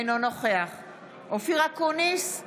אינו נוכח אופיר אקוניס,